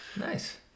Nice